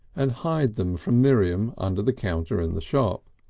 and hide them from miriam under the counter in the shop.